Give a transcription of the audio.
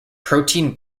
protein